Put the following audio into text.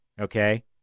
Okay